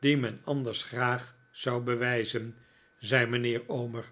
die men anders graag zou bewijzen zei mijnheer omer